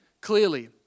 clearly